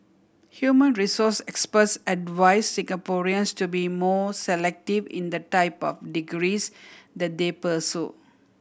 human resource experts advise Singaporeans to be more selective in the type of degrees that they pursue